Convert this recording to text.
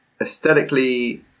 aesthetically